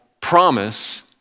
promise